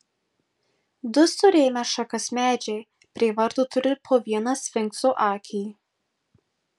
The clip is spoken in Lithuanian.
du surėmę šakas medžiai prie vartų turi po vieną sfinkso akį